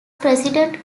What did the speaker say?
president